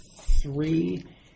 three